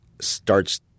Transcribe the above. starts